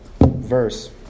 verse